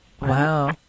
wow